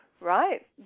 right